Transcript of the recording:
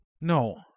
No